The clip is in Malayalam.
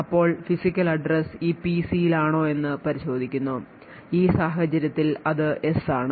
അപ്പോൾ physical address ഇപിസിയിലാണോയെന്ന് പരിശോധിക്കുന്നു ഈ സാഹചര്യത്തിൽ അത് yes ആണ്